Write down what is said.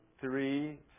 three